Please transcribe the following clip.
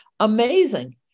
Amazing